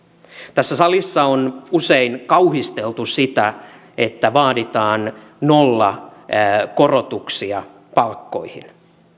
tässä salissa on usein kauhisteltu sitä että vaaditaan nollakorotuksia palkkoihin